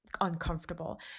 uncomfortable